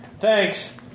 Thanks